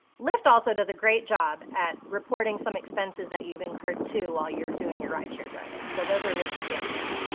lyft also does a great job at reporting some expenses that you've incurred, too, while you're doing your rideshare driving. so those are listed down here.